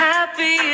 Happy